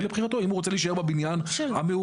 יהיה לבחינתו אם הוא רוצה להישאר בבניין המעובה.